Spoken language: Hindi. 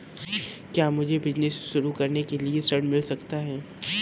क्या मुझे बिजनेस शुरू करने के लिए ऋण मिल सकता है?